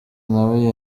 nawe